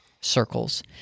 circles